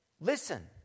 Listen